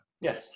Yes